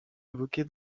évoquée